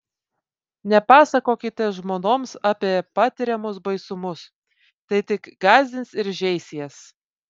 nepasakokite žmonoms apie patiriamus baisumus tai tik gąsdins ir žeis jas